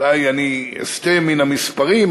אולי אני אסטה מן המספרים,